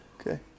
Okay